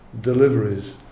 deliveries